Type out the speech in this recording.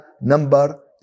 number